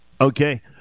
okay